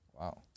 Wow